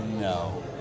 no